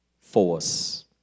force